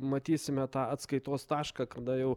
matysime tą atskaitos tašką kada jau